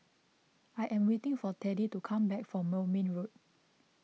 I am waiting for Teddie to come back from Moulmein Road